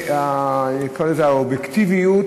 נקרא לזה האובייקטיביות,